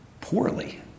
Poorly